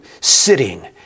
sitting